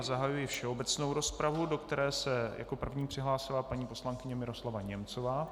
Zahajuji všeobecnou rozpravu, do které se jako první přihlásila paní poslankyně Miroslava Němcová.